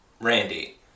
Randy